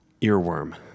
Earworm